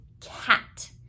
cat